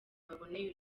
baboneye